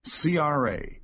CRA